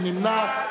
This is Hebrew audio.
מי נמנע?